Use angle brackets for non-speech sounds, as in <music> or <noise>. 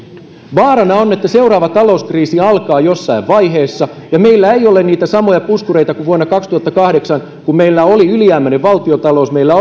vaarana on että seuraava talouskriisi alkaa jossain vaiheessa ja meillä ei ole niitä samoja puskureita kuin vuonna kaksituhattakahdeksan kun meillä oli ylijäämäinen valtiontalous meillä <unintelligible>